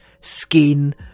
skin